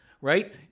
Right